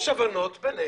יש הבנות ביניהם.